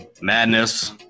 madness